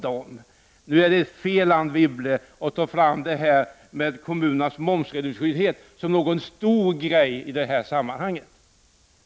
Det är fel, Anne Wibble, att ta fram kommunernas momsredovisningsskyldighet som en stor sak i detta sammanhang.